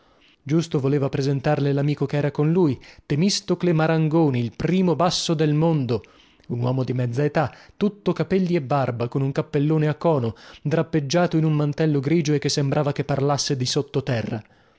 giusto voleva presentarle lamico che era con lui temistocle marangoni il primo basso del mondo un uomo di mezza età tutto capelli e barba con un cappellone a cono drappeggiato in un mantello grigio e che sembrava che parlasse di